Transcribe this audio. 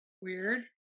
Weird